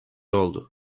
oldu